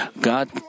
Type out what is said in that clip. God